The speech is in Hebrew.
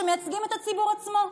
שמייצגים את הציבור עצמו.